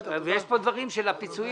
יש פה עוד דברים, על הפיצויים